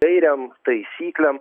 gairėm taisyklėm